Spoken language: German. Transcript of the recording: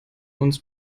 uns